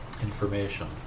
Information